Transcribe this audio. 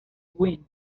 wind